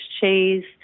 cheese